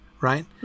right